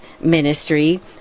ministry